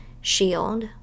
shield